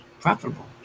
profitable